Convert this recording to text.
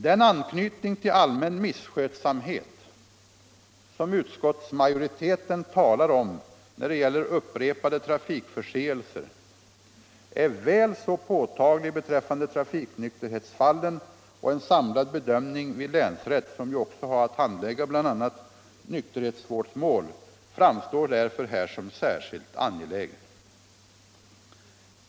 Den anknytning till allmän misskötsamhet som utskottsmajoriteten talar om när det gäller upprepade trafikförseelser är väl så påtaglig beträffande trafiknykterhetsfallen och en samlad bedömning vid länsrätt — som ju också har att handlägga bl.a. nykterhetsvårdsmål — framstår därför här som särskilt angelägen.